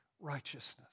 righteousness